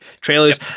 trailers